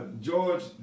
George